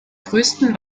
größten